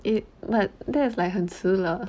it but that is like 很迟了